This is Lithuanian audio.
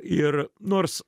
ir nors